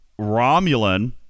Romulan